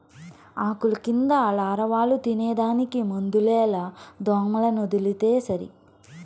ఆకుల కింద లారవాలు తినేదానికి మందులేల దోమలనొదిలితే సరి